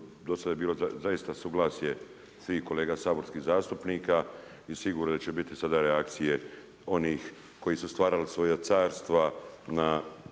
do sada je bilo zaista suglasje svih kolega saborskih zastupnika i sigurno će biti sada reakcije onih koji su stvarali svoja carstva na